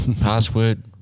Password